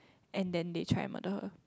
and then they try murder her